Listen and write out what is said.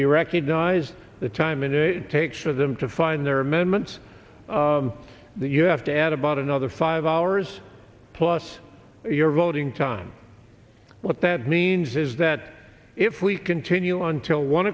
be recognized the time and it takes for them to find their amendments that you have to add about another five hours plus your voting time what that means is that if we continue until one